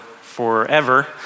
forever